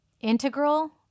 integral